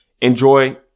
Enjoy